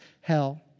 hell